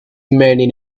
many